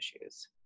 issues